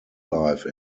life